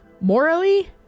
morally